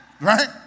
Right